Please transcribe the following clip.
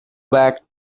back